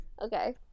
Okay